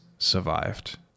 Survived